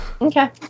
Okay